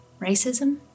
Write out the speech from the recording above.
Racism